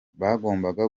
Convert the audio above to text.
bagombaga